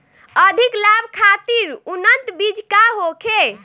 अधिक लाभ खातिर उन्नत बीज का होखे?